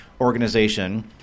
organization